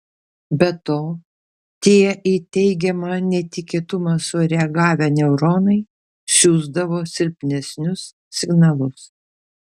be to tie į teigiamą netikėtumą sureagavę neuronai siųsdavo silpnesnius signalus